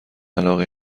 علاقه